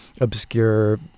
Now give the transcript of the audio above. obscure